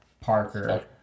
Parker